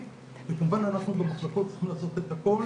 וכמובן שאנחנו במחלקות צריכים לעשות את הכול